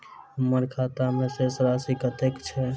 हम्मर खाता मे शेष राशि कतेक छैय?